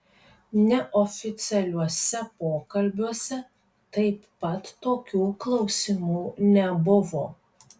neoficialiuose pokalbiuose taip pat tokių klausimų nebuvo